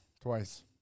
Twice